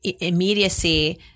immediacy